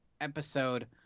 episode